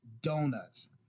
donuts